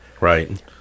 Right